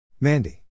Mandy